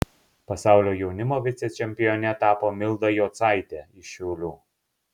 pasaulio jaunimo vicečempione tapo milda jocaitė iš šiaulių